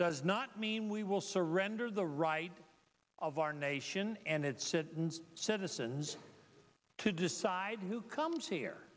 does not mean we will surrender the right of our nation and its citizens citizens to decide who comes here